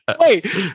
Wait